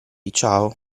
ciao